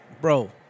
Bro